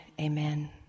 Amen